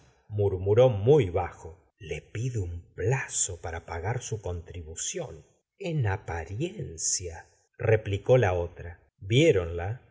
murmuró muy bajo le pide un plazo para pagar su contribución en apariencia replicó la otra viéronla que